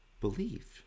Believed